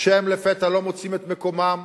לפתע לא מוצאים את מקומם